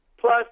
plus